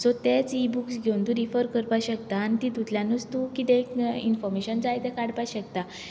so तेच e books घेवन तूं रिसर्च करपाक शकता आनी तेतूंतल्यानच तूं कितें इनफोरमेशन जाय तें काडपाक शकता